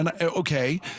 Okay